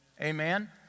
Amen